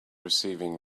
receiving